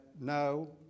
no